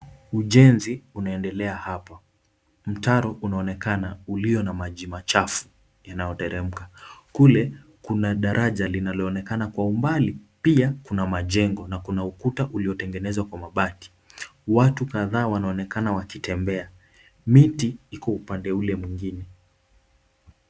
Ujenzi unaendelea hapa ,mtaro unaonekana ulio na maji machafu yanayoteremka ,kule kuna daraja linalonekana kwa umbali pia kuna majengo na kuna ukuta uliotengenezwa kwa mabati ,watu kadhaa wanaonekana wakitembea, miti iko upande ule mwingine.